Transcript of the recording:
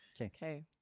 Okay